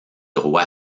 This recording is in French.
roi